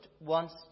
wants